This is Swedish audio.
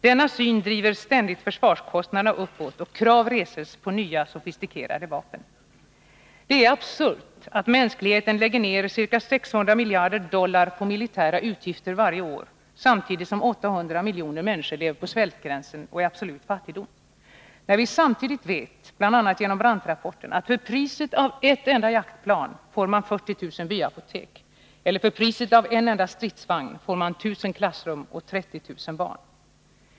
Denna syn driver ständigt försvarskostnaderna uppåt och krav reses på nya sofistikerade vapen.” Det är absurt att mänskligheten lägger ned ca 600 miljarder dollar på militära utgifter varje år samtidigt som 800 miljoner människor lever på svältgränsen och i absolut fattigdom. Detta när vi vet genom bl.a. Brandtrapporten att man för priset av ett enda jaktplan får 40 000 byapotek eller att man för priset av en enda stridsvagn får 1000 klassrum åt 30 000 barn!